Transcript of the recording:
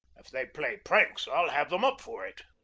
if they play pranks, i'll have them up for it.